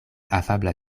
afabla